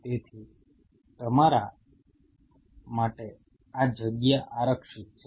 તેથી તમારા માટે આ જગ્યા આરક્ષિત છે